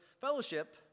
fellowship